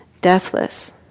Deathless